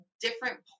different